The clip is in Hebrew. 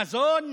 מזון,